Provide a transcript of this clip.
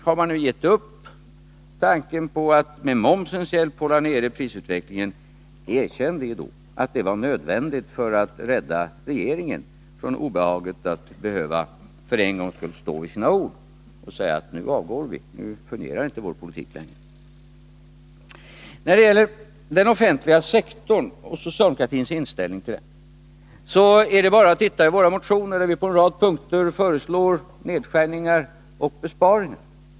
Har ni nu gett upp tanken på att med momsens hjälp hålla nere prisutvecklingen, så erkänn då att det var nödvändigt för att rädda regeringen från obehaget att för en gångs skull behöva stå vid sitt ord och säg: Nu avgår vi — nu fungerar inte vår politik längre. När det gäller den offentliga sektorn och socialdemokratins inställning till den, så är det bara att se i våra motioner, där vi på en rad punkter föreslår nedskärningar och besparingar.